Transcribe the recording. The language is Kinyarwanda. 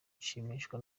nshimishwa